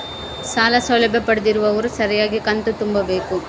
ಸಾಲ ಸೌಲಭ್ಯ ಪಡೆದಿರುವವರು ಸರಿಯಾಗಿ ಕಂತು ತುಂಬಬೇಕು?